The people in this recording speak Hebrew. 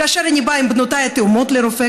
כאשר אני באה עם בנותיי התאומות לרופא,